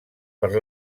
per